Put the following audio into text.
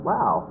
Wow